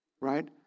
right